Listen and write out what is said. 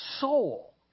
soul